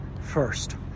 First